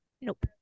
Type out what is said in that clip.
nope